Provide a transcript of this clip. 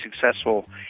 successful